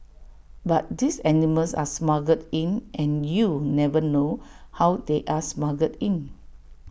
but these animals are smuggled in and you never know how they are smuggled in